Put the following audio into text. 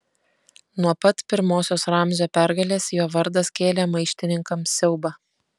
nuo pat pirmosios ramzio pergalės jo vardas kėlė maištininkams siaubą